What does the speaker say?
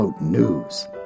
news